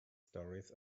stories